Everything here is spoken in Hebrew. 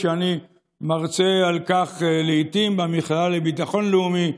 כשאני מרצה על כך לעיתים במכללה לביטחון לאומי,